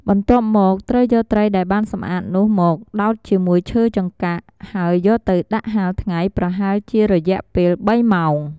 បន្ទាប់មក ត្រូវយកត្រីដែលបានសម្អាតនោះមក ដោតជាមួយឈើចង្កាក់ ហើយយកទៅដាក់ហាលថ្ងៃប្រហែលជារយៈពេល ៣ម៉ោង។